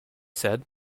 said